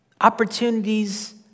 Opportunities